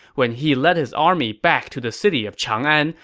when he led his army back to the city of chang'an,